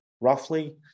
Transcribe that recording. roughly